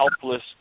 helpless